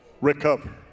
recover